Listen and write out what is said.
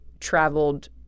traveled